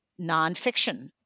nonfiction